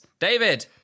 David